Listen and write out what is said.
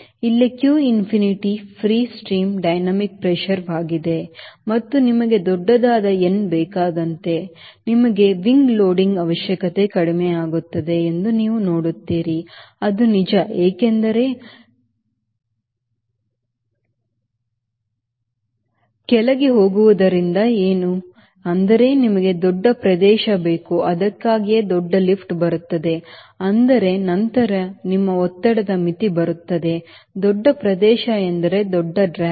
ಇಲ್ಲಿ q infinity free stream dynamic pressureವಾಗಿದೆ ಮತ್ತು ನಿಮಗೆ ದೊಡ್ಡದಾದ n ಬೇಕಾದಂತೆ ನಿಮ್ಮ ರೆಕ್ಕೆ ಲೋಡಿಂಗ್ ಅವಶ್ಯಕತೆ ಕಡಿಮೆಯಾಗುತ್ತದೆ ಎಂದು ನೀವು ನೋಡುತ್ತೀರಿ ಅದು ನಿಜ ಏಕೆಂದರೆ ಕೆಳಗೆ ಹೋಗುವುದರಿಂದ ಏನು ಅಂದರೆ ನಿಮಗೆ ದೊಡ್ಡ ಪ್ರದೇಶ ಬೇಕು ಅದಕ್ಕಾಗಿಯೇ ದೊಡ್ಡ ಲಿಫ್ಟ್ ಬರುತ್ತದೆ ಆದರೆ ನಂತರ ನಿಮ್ಮ ಒತ್ತಡದ ಮಿತಿ ಬರುತ್ತದೆ ದೊಡ್ಡ ಪ್ರದೇಶ ಎಂದರೆ ದೊಡ್ಡ ಡ್ರ್ಯಾಗ್